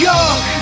York